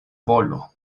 volo